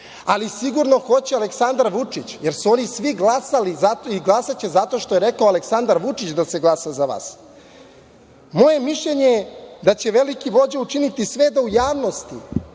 ali sigurno hoće Aleksandar Vučić, jer su oni svi glasali i glasaće zato što je rekao Aleksandar Vučić da se glasa za vas. Moje je mišljenje da će veliki vođa učiniti sve da u javnosti,